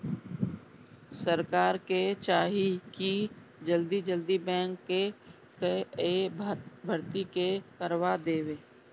सरकार के चाही की जल्दी जल्दी बैंक कअ भर्ती के करवा देवे